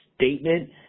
statement